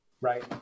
right